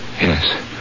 Yes